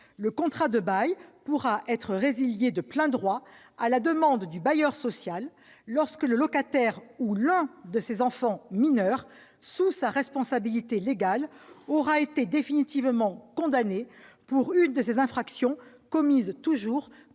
Le contrat de bail pourra être résilié de plein droit à la demande du bailleur social, lorsque le locataire ou l'un de ses enfants mineurs sous sa responsabilité légale aura été définitivement condamné pour l'une de ces infractions commises